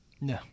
No